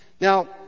Now